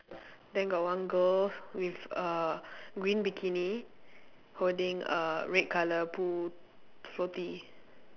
then got one girl with a green bikini holding a red colour pool floaty